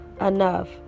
enough